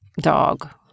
dog